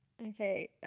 okay